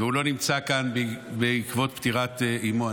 ולא נמצא כאן בעקבות פטירת אימו.